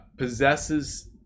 possesses